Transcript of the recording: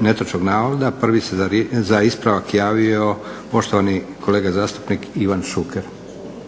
netočnog navoda. Prvi se za ispravak javio poštovani kolega zastupnik Ivan Šuker.